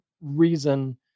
reason